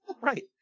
Right